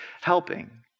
helping